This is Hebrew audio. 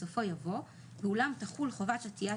בסופו יבוא "ואולם תחול חובת עטיית